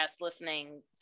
listening